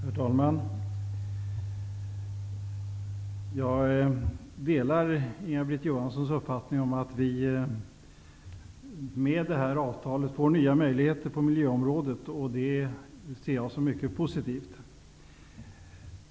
Herr talman! Jag delar Inga-Britt Johanssons uppfattning att vi med detta avtal får nya möjligheter på miljöområdet. Det ser jag som mycket positivt.